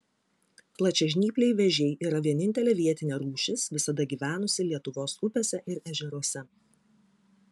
plačiažnypliai vėžiai yra vienintelė vietinė rūšis visada gyvenusi lietuvos upėse ir ežeruose